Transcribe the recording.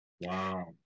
Wow